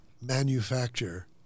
manufacture